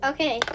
Okay